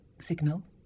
signal